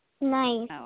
Nice